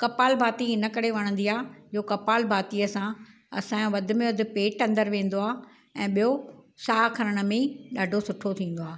कपाल भाती हिन करे वणंदी आहे हो कपाल भातीअ सां असांजो वधि में वधि पेट अंदरि वेंदो आहे ऐं ॿियो साहु खणण में ॾाढो सुठो थींदो आहे